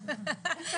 שאמרת,